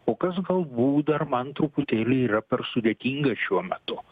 o kas galbūt dar man truputėlį yra per sudėtinga šiuo metu